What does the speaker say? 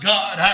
God